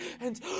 and-